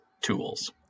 tools